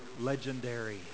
legendary